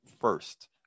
first